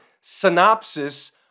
synopsis